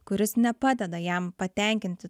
kuris nepadeda jam patenkinti